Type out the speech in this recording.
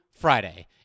Friday